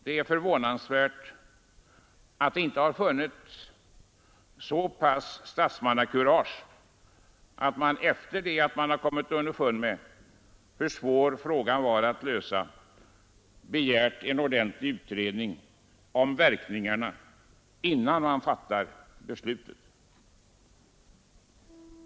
Det är förvånansvärt att det icke funnits så pass mycket statsmannakurage att man efter det att man kommit underfund med hur svår frågan var att lösa begärt en ordentlig utredning om verkningarna, innan man fattar beslutet.